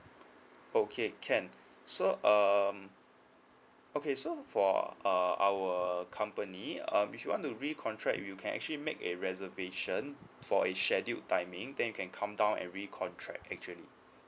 okay can so um okay so for uh our company uh if you want to recontract you can actually make a reservation for it scheduled timing then you can come down and recontract actually